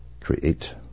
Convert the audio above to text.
Create